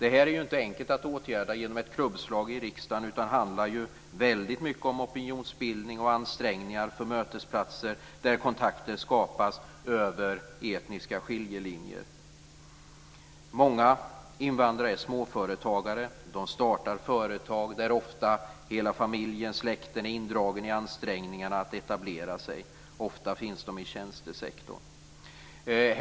Det här är ju inte enkelt att åtgärda genom ett klubbslag i riksdagen, utan det handlar väldigt mycket om opinionsbildning och ansträngningar för att man ska få mötesplatser där kontakter skapas över etniska skiljelinjer. Många invandrare är småföretagare. Ofta finns de i tjänstesektorn.